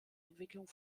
entwicklung